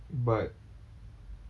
but